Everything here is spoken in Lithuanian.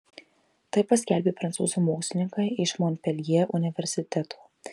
tai paskelbė prancūzų mokslininkai iš monpeljė universiteto